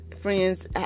Friends